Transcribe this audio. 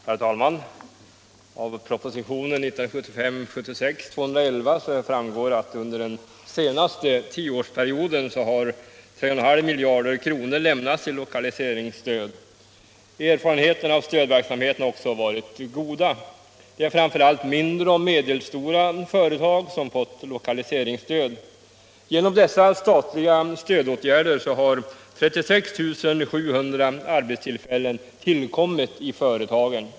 Herr talman! Av proposition 1975/76:211 framgår att under den senaste tioårsperioden 3,5 miljarder kronor lämnats i lokaliseringsstöd. Erfarenheterna av stödverksamheten har också varit goda. Det är framför allt mindre och medelstora företag som fått lokaliseringsstöd. Genom dessa statliga stödåtgärder har 36 700 arbetstillfällen tillkommit i företagen.